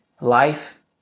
life